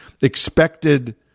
expected